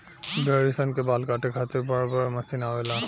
भेड़ी सन के बाल काटे खातिर बड़ बड़ मशीन आवेला